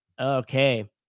Okay